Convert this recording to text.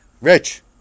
Rich